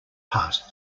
past